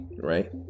right